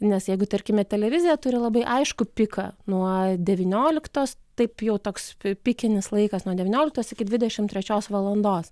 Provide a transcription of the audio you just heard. nes jeigu tarkime televizija turi labai aiškų piką nuo devynioliktos taip jau toks pikinis laikas nuo devynioliktos iki dvidešimt trečios valandos